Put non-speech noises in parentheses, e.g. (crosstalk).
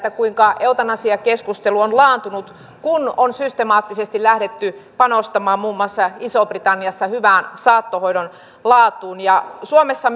kuinka eutanasiakeskustelu on laantunut kun on systemaattisesti lähdetty panostamaan muun muassa isossa britanniassa hyvään saattohoidon laatuun suomessa (unintelligible)